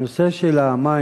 הנושא של המים,